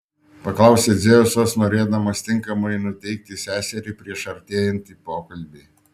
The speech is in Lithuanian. paklausė dzeusas norėdamas tinkamai nuteikti seserį prieš artėjantį pokalbį